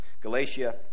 Galatia